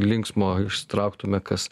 linksmo ištrauktume kas